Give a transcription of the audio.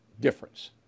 difference